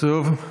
טוב,